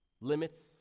limits